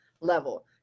level